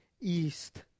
East